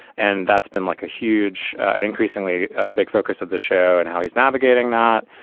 and that's been like a huge and increasingly big focus of the show and how he's navigating that.